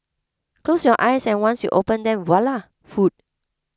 close your eyes and once you open them voila food